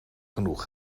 genoeg